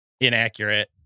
inaccurate